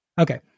Okay